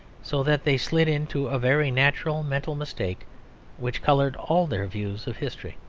so that they slid into a very natural mental mistake which coloured all their views of history.